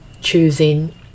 choosing